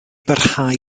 barhau